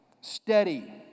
Steady